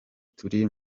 turi